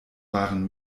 waren